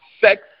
sex